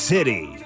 City